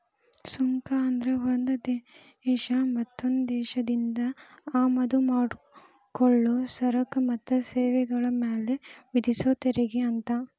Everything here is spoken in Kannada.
ಸುಂಕ ಅಂದ್ರ ಒಂದ್ ದೇಶ ಮತ್ತೊಂದ್ ದೇಶದಿಂದ ಆಮದ ಮಾಡಿಕೊಳ್ಳೊ ಸರಕ ಮತ್ತ ಸೇವೆಗಳ ಮ್ಯಾಲೆ ವಿಧಿಸೊ ತೆರಿಗೆ ಅಂತ